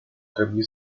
trebui